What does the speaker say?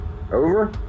over